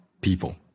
people